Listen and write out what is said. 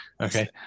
okay